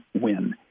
win